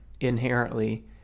inherently